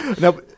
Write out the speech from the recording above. no